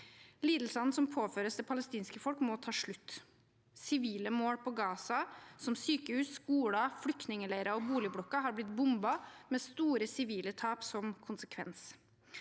Lidelsene som påføres det palestinske folk, må ta slutt. Sivile mål på Gaza, som sykehus, skoler, flyktningleirer og boligblokker, har blitt bombet med store sivile tap som konsekvens.